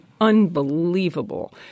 unbelievable